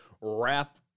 wrap